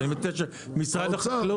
אני מציע שמשרד החקלאות.